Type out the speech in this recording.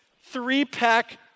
three-pack